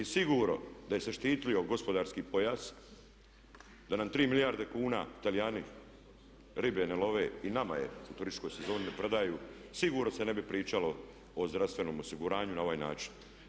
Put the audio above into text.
I sigurno da se je štitio gospodarski pojas, da nam 3 milijarde kuna Talijani ribe ne love i nama je u turističkoj sezoni prodaju sigurno se ne bi pričalo o zdravstvenom osiguranju na ovaj način.